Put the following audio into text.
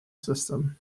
system